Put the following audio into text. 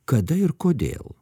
kada ir kodėl